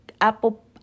apple